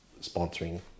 sponsoring